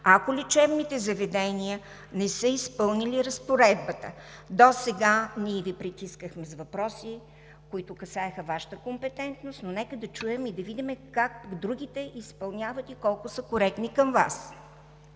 ако лечебните заведения не са изпълнили разпоредбата? Досега ние Ви притискахме с въпроси, които касаеха Вашата компетентност, но нека да чуем как другите изпълняват и колко са коректни към Вас.